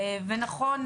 ונכון,